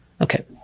Okay